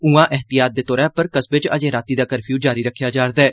उआं ऐहतियात दे तौर उप्पर कस्बे च अजें रातीं दा कफ्यू जारी रक्खेआ जा'रदा ऐ